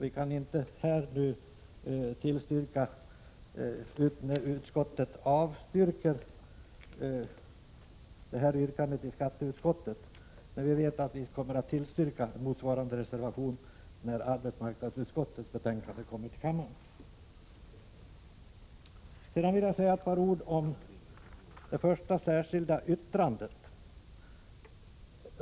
Vi kan inte avstyrka yrkandet i skatteutskottet, när vi vet att vi kommer att tillstyrka motionen i motsvarande del när den behandlas i arbetsmarknadsutskottet Sedan vill jag säga några ord om det första särskilda yttrandet.